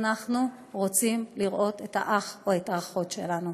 אנחנו רוצים לראות את האח או את האחות שלנו,